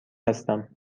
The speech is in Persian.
هستم